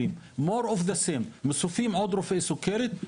מוסיפים עוד רופא סוכרת,